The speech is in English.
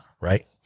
right